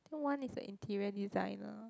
one is the interior design lah